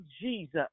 Jesus